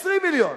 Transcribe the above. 20 מיליון,